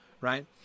right